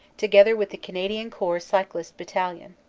together with the canadian corps cyclist battalion.